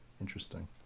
Interesting